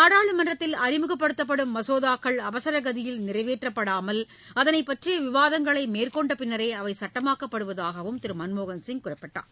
நாடாளுமன்றத்தில் அறிமுகப்படுத்தப்படும் மசோதாக்கள் அவரகதியில் நிறைவேற்றப்படாமல் அதனைப் பற்றிய விவாதங்களை மேற்கொண்ட பின்னரே அவை சட்டமாக்கப்படுவதாக அவர் குறிப்பிட்டார்